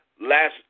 last